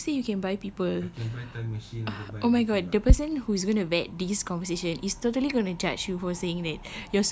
no who say you can buy people uh oh my god the person who's gonna vet this conversation is totally gonna judge you for saying that